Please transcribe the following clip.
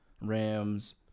Rams